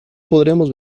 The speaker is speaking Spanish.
podremos